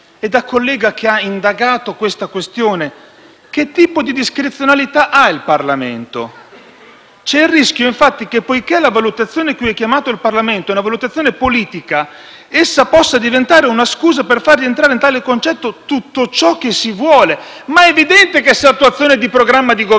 C'è il rischio infatti che «poiché la valutazione cui è chiamato il Parlamento è una valutazione "politica", essa possa diventare una scusa per fare rientrare in tale concetto tutto ciò che si vuole». Ma è evidente che se ciò è ad attuazione del programma di Governo, cioè di maggioranza, di fatto stiamo scudando l'Esecutivo di un Paese,